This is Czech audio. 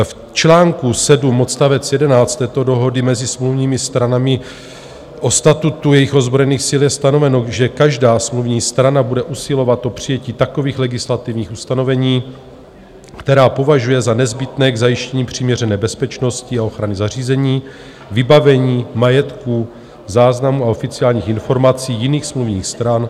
V čl. 7 odst. 11 této dohody mezi smluvními stranami o statutu jejich ozbrojených sil je stanoveno, že každá smluvní strana bude usilovat o přijetí takových legislativních ustanovení, která považuje za nezbytné k zajištění přiměřené bezpečnosti a ochrany zařízení, vybavení, majetku, záznamů a oficiálních informací jiných smluvních stran...